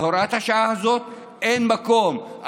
להוראת השעה הזאת, אין מקום.